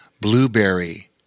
Blueberry